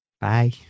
Bye